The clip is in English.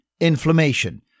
inflammation